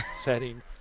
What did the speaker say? setting